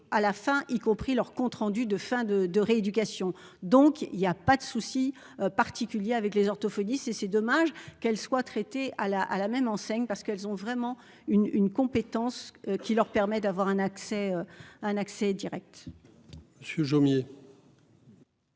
à la fin y compris leur compte rendu de enfin de de rééducation. Donc il y a pas de souci particulier avec les orthophonistes et c'est dommage qu'elle soit traitée à la, à la même enseigne. Parce qu'elles ont vraiment une, une compétence qui leur permet d'avoir un accès un accès Direct. Je suis Jomier.